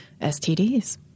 STDs